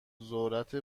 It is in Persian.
ذرت